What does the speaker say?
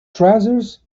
trousers